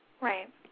Right